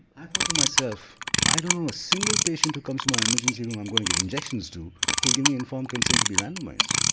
i thought to myself i don't know a single patient who comes to my emergency room i'm going to give injections to who'll give me informed consent to be randomised.